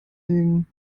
legen